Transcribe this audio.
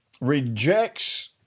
rejects